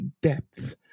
depth